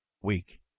week